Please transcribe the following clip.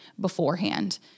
beforehand